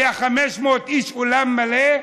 היו 500 איש, אולם מלא.